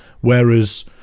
whereas